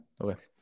Okay